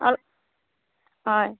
অঁ হয়